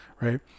Right